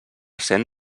cent